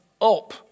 up